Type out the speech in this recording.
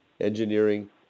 Engineering